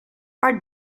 are